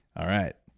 all right.